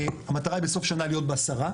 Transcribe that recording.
המטרה היא בסוף שנה להיות ב-10%,